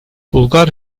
bulgar